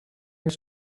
his